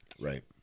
Right